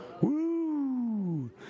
Woo